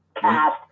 cast